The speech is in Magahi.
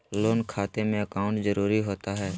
लोन खाते में अकाउंट जरूरी होता है?